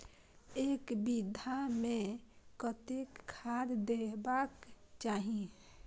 एक बिघा में कतेक खाघ देबाक चाही?